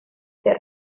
del